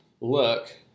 look